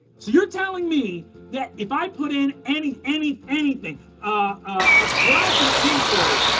so you're telling me that if i put in any any anything, ah, ah, bronson pinchot,